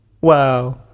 Wow